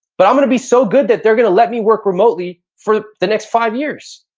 but i'm gonna be so good that they're gonna let me work remotely for the next five years.